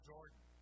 Jordan